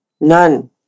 None